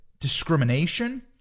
discrimination